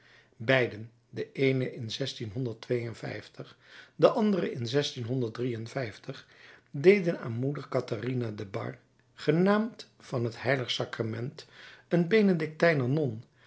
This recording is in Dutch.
beiden de eene in de andere in deden aan moeder katharina de bar genaamd van het h sacrament een benedictijner non